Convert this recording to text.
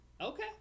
Okay